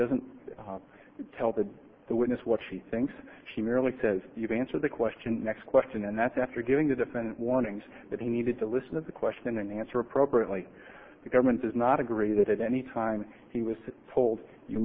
doesn't tell the witness what she thinks she merely says you've answered the question next question and that's after giving the defendant warnings that he needed to listen to the question and answer appropriately the government does not agree that at any time he was told you